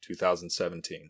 2017